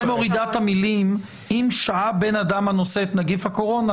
את המילים "אם שהה בו אדם הנושא את נגיף הקורונה",